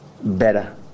better